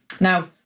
Now